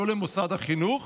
ולא למשרד החינוך,